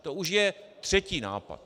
To už je třetí nápad.